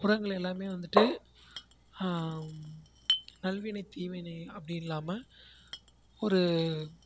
உரங்கள் எல்லாமே வந்துட்டு நல்வினை தீவினை அப்படின்னு இல்லாமல் ஒரு